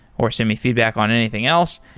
or send me feedback on anything else.